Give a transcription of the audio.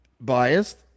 biased